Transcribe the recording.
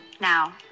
Now